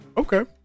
Okay